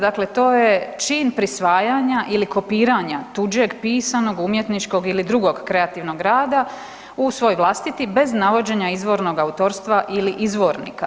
Dakle to je čin prisvajanja ili kopiranja tuđeg pisanog umjetničkog ili drugog kreativnog rada u svoj vlastiti bez navođenja izravnog autorstva ili izvoznika.